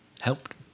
helped